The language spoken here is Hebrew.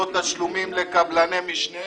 לא תשלומים לקבלני משנה.